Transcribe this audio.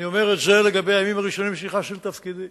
אני אומר את זה לגבי הימים הראשונים שנכנסתי לתפקידי.